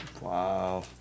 Wow